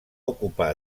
ocupar